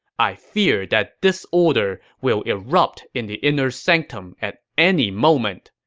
i fear that disorder will erupt in the inner sanctum at any moment.